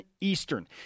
Eastern